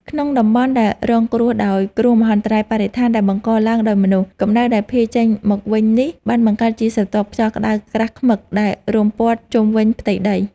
ក្នុងតំបន់ដែលរងគ្រោះដោយ គ្រោះមហន្តរាយបរិស្ថានដែលបង្កឡើងដោយមនុស្ស កម្ដៅដែលភាយចេញមកវិញនេះបានបង្កើតជាស្រទាប់ខ្យល់ក្ដៅក្រាស់ឃ្មឹកដែលរុំព័ទ្ធជុំវិញផ្ទៃដី។